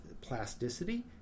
plasticity